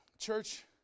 Church